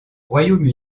royaume